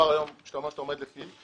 שאתה אומר שכבר היום אתה עומד לפיו,